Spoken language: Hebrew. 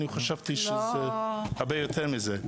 אני חשבתי שזה הרבה יותר מזה.